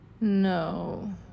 No